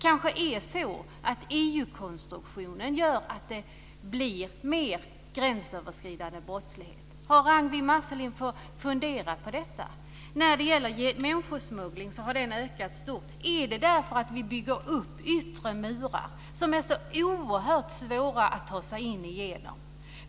Kanske gör EU-konstruktionen att det blir mer gränsöverskridande brottslighet. Har Ragnwi Marcelind funderat på det? Människosmugglingen har ökat stort. Beror det på att vi har byggt upp yttre murar som är så oerhört svåra att ta sig över?